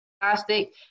fantastic